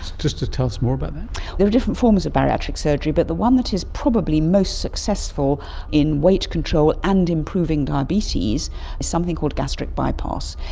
just tell us more about but there are different forms of bariatric surgery, but the one that is probably most successful in weight control and improving diabetes is something called gastric bypass.